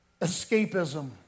escapism